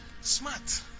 Smart